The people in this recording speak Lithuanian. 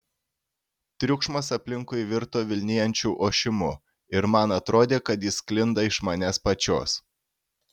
triukšmas aplinkui virto vilnijančiu ošimu ir man atrodė kad jis sklinda iš manęs pačios